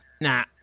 nah